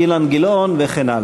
אילן גילאון וכן הלאה.